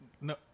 No